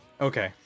Okay